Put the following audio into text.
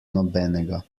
nobenega